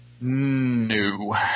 No